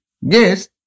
Yes